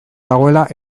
dagoela